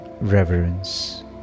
reverence